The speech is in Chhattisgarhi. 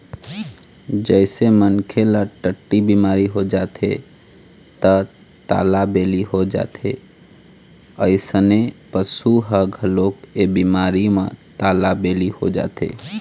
जइसे मनखे ल टट्टी बिमारी हो जाथे त तालाबेली हो जाथे अइसने पशु ह घलोक ए बिमारी म तालाबेली हो जाथे